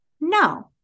no